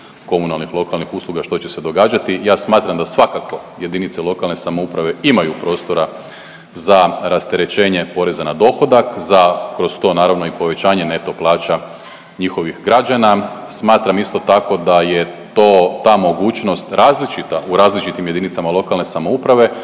komunalnih i lokalnih usluga što će se događati. Ja smatram da svakako JLS imaju prostora za rasterećenje poreza na dohodak, za kroz to naravno i povećanje neto plaća njihovih građana. Smatram isto tako da je to, ta mogućnost različita u različitim JLS i upravo